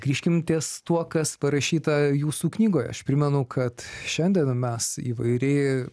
grįžkim ties tuo kas parašyta jūsų knygoje aš primenu kad šiandien mes įvairiai